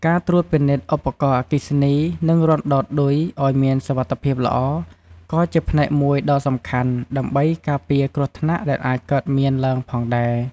ការត្រួតពិនិត្យឧបករណ៍អគ្គិសនី និងរន្ធដោតឌុយ ឲ្យមានសុវត្ថិភាពល្អ ក៏ជាផ្នែកមួយដ៏សំខាន់ដើម្បីការពារគ្រោះថ្នាក់ដែលអាចកើតមានឡើងផងដែរ។